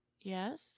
Yes